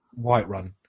Whiterun